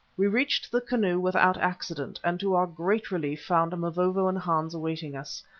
we reached the canoe without accident, and to our great relief found mavovo and hans awaiting us.